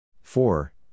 four